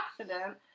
accident